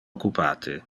occupate